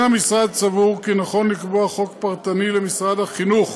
המשרד אינו סבור כי נכון לקבוע חוק פרטני למשרד החינוך